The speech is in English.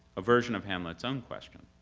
a version of hamlet's own question.